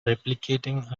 replicating